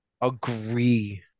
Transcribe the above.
agree